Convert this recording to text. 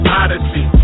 odyssey